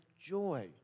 joy